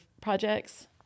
projects